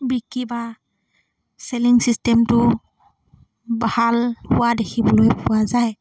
বিক্ৰী বা চেলিং ছিষ্টেমটো ভাল হোৱা দেখিবলৈ পোৱা যায়